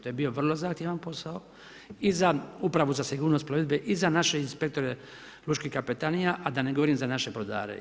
To je bio vrlo zahtjevan posao i za upravo za sigurnost plovidbe i za naše inspektore lučkih kapetanija, a da ne govorim za naše brodare.